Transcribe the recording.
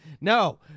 No